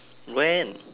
when